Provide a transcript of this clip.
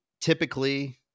Typically